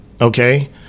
okay